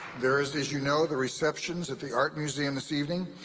there is as you know the receptions at the art museum this evening.